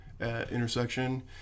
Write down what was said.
Intersection